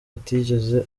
atigeze